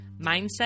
Mindset